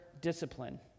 discipline